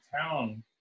town